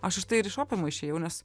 aš už tai ir iš opiumo išėjau nes